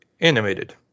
animated